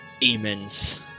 demons